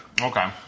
Okay